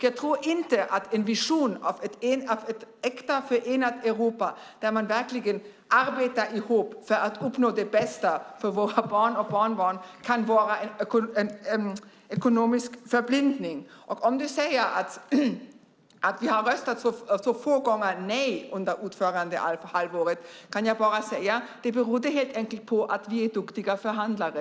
Jag tror inte att en vision om ett äkta, förenat Europa där man verkligen arbetar ihop för att uppnå det bästa för våra barn och barnbarn kan vara ideologisk förblindning. Du säger att vi röstade nej så få gånger under ordförandehalvåret, och jag kan bara svara att det berodde på att vi är duktiga förhandlare.